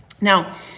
Now